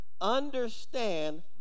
understand